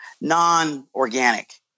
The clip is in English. non-organic